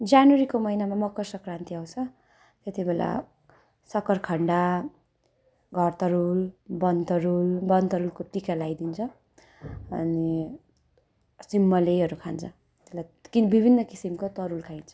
जनवरीको महिनामा मकर सङ्क्रान्ति आउँछ त्यति बेला सख्खर खन्डा घर तरुल बन तरुल बन तरुलको टिका लाइदिन्छ अनि सिमलेहरू खान्छ त्यसलाई किन विभिन्न किसिमको तरुलहरू खाइन्छ